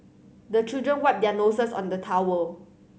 the children wipe their noses on the towel